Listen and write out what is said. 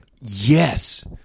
Yes